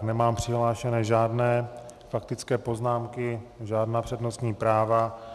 Nemám přihlášené žádné faktické poznámky, žádná přednostní práva.